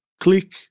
click